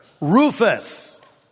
Rufus